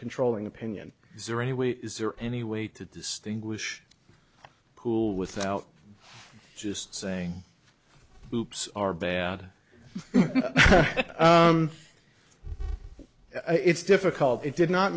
controlling opinion is there anyway is there any way to distinguish cool without just saying oops our bad it's difficult it did not